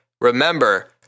Remember